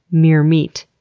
mere meat,